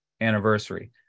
anniversary